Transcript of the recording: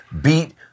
beat